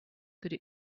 could